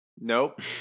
Nope